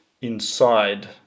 inside